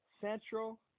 Central